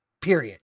period